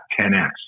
10x